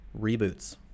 reboots